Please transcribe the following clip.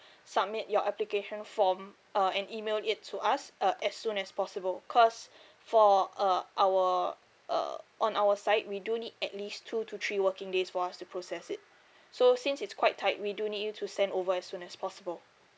submit your application form uh and email it to us uh as soon as possible because for uh our uh on our side we do need at least two to three working days for us to process it so since it's quite tight we do need you to send over as soon as possible